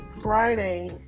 Friday